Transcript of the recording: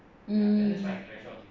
mm